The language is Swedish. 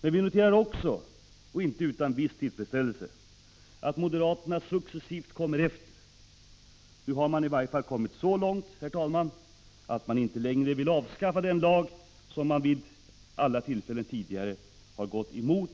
Men vi noterar också — inte utan viss tillfredsställelse — att moderaterna successivt kommer efter. Nu har de i varje fall kommit så långt, herr talman, att de inte längre vill avskaffa den lag som de gick emot